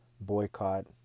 boycott